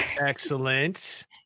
Excellent